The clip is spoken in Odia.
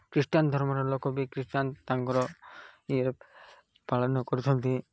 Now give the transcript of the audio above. ଖ୍ରୀଷ୍ଟୀୟାନ୍ ଧର୍ମର ଲୋକ ବି ଖ୍ରୀଷ୍ଟିୟାନ୍ ତାଙ୍କର ଇଏ ପାଳନ କରୁଛନ୍ତି